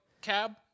Cab